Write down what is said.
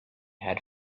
had